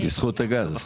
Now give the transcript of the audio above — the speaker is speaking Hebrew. בזכות הגז.